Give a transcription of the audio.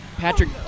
Patrick